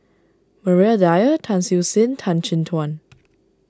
Maria Dyer Tan Siew Sin Tan Chin Tuan